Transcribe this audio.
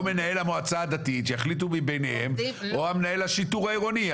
מנהל המועצה הדתית שיחליטו מבניהם או מנהל השיטור העירוני.